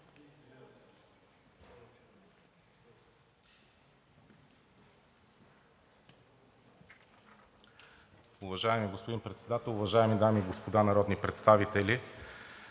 Уважаеми господин Председател, уважаеми дами и господа народни представители!